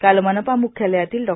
काल मनपा मुख्यालयातील डॉ